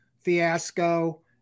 fiasco